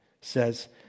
says